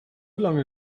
lange